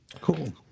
Cool